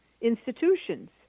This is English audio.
institutions